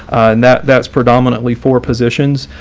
that that's predominantly for positions.